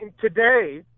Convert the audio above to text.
today